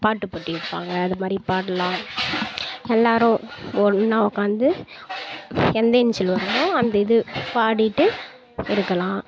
பாட்டுப்போட்டி வைப்பாங்க அதுமாதிரி பாடலாம் எல்லாேரும் ஒன்றா உக்காந்து எந்த இனிஷியல் வருமோ அந்த இது பாடிகிட்டு இருக்கலாம்